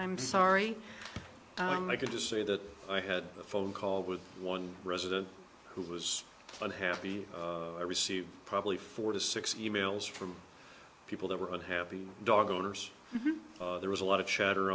i'm sorry i'm not going to say that i had a phone call with one resident who was unhappy i received probably four to six e mails from people that were unhappy dog owners there was a lot of chatter